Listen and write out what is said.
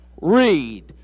read